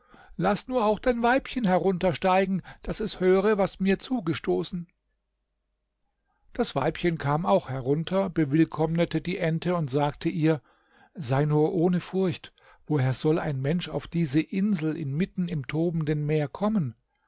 laß nur auch dein weibchen heruntersteigen daß es höre was mir zugestoßen das weibchen kam auch herunter bewillkommnete die ente und sagte ihr sei nur ohne furcht woher soll ein mensch auf diese insel inmitten im tobenden meer kommen